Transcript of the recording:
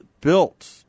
built